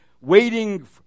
waiting